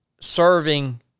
Serving